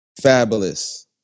Fabulous